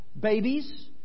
Babies